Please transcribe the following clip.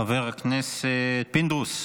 חבר הכנסת פינדרוס,